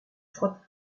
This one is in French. frotte